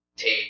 take